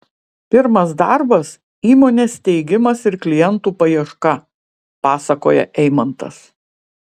pirmas darbas įmonės steigimas ir klientų paieška pasakoja eimantas